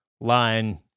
line